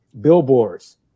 billboards